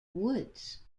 woods